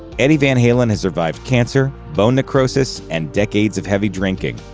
eddie van halen has survived cancer, bone necrosis, and decades of heavy drinking.